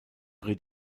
riet